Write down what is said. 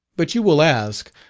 but you will ask,